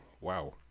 wow